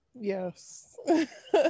Yes